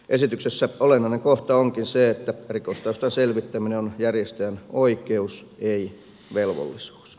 esityksessä olennainen kohta onkin se että rikostaustan selvittäminen on järjestäjän oikeus ei velvollisuus